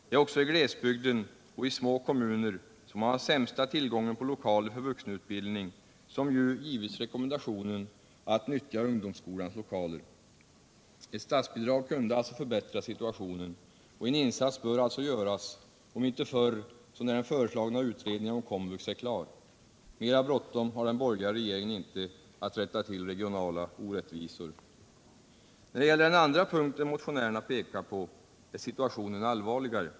Det är också i glesbygden och i små kommuner som man har sämsta tillgången på lokaler för vuxenutbildning, som ju givits rekommendationen att nyttja ungdomsskolans lokaler. Ett statsbidrag kunde alltså förbättra situationen och en insats bör göras om inte förr så när den föreslagna utredningen om Komvux är klar. Mera bråttom har den borgerliga regeringen inte att rätta till regionala orättvisor. När det gäller den andra punkten motionärerna pekar på är situationen allvarligare.